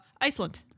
Iceland